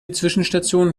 zwischenstation